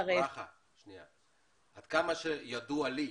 עד כמה שידוע לי,